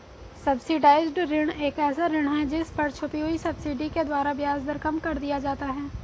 subsidised ऋण एक ऐसा ऋण है जिस पर छुपी हुई सब्सिडी के द्वारा ब्याज दर कम कर दिया जाता है